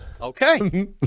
Okay